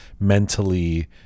mentally